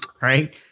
right